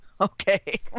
Okay